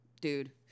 dude